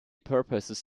purposes